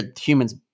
Humans